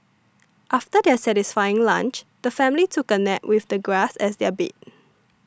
after their satisfying lunch the family took a nap with the grass as their bed